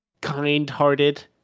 kind-hearted